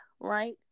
right